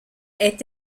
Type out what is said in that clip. est